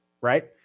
right